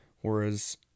Whereas